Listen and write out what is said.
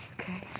Okay